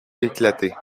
éclater